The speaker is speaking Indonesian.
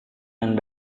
yang